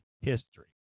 history